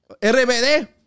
RBD